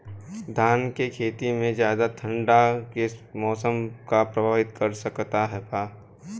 धान के खेती में ज्यादा ठंडा के मौसम का प्रभावित कर सकता बा?